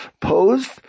posed